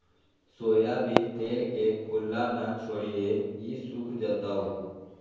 soybean तेल के खुल्ला न छोरीहें ई सुख जयताऊ